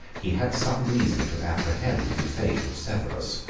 he had some reason to apprehend the fate of severus.